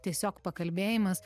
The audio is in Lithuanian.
tiesiog pakalbėjimas